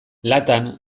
latan